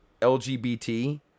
LGBT